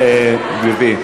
גברתי.